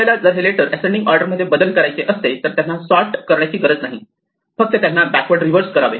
आपल्याला जर हे लेटर्स असेंडिंग ऑर्डर मध्ये बदल करायचे असते तर त्यांना सॉर्ट करण्याची गरज नाही फक्त त्यांना बॅकवर्ड रिव्हर्स करावे